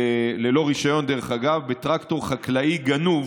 ללא רישיון, דרך אגב, בטרקטור חקלאי גנוב.